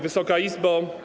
Wysoka Izbo!